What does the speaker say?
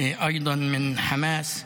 גם היא מחמאס.